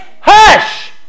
Hush